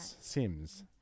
Sims